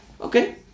Okay